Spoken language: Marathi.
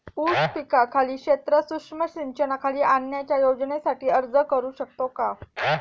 ऊस पिकाखालील क्षेत्र सूक्ष्म सिंचनाखाली आणण्याच्या योजनेसाठी अर्ज करू शकतो का?